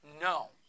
No